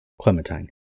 Clementine